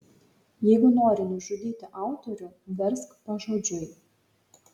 jeigu nori nužudyti autorių versk pažodžiui